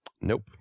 Nope